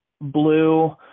blue